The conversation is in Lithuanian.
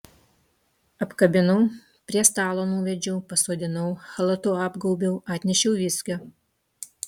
apkabinau prie stalo nuvedžiau pasodinau chalatu apgaubiau atnešiau viskio